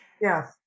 Yes